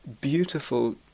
beautiful